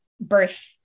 birth